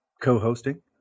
co-hosting